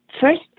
First